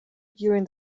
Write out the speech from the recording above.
during